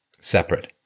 separate